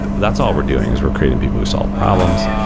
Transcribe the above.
that's all we're doing, is we're creating people who solve problems.